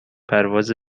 پرواز